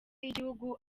y’igihugu